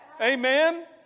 Amen